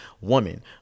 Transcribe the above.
woman